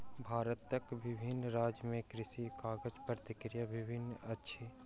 भारतक विभिन्न राज्य में कृषि काजक प्रक्रिया भिन्न भिन्न अछि